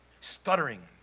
stuttering